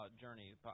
journey